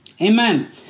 Amen